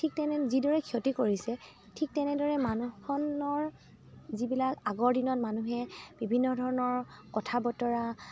ঠিক তেনে যি দৰে ক্ষতি কৰিছে ঠিক তেনেদৰে মানুহখনৰ যিবিলাক আগৰ দিনত মানুহে বিভিন্ন ধৰণৰ কথা বতৰা